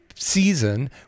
Season